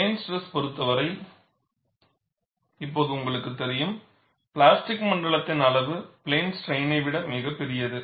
plane stress பொறுத்தவரை இப்போது உங்களுக்குத் தெரியும் பிளாஸ்டிக் மண்டலத்தின் அளவு பிளேன் ஸ்ட்ரைனை விட மிகப் பெரியது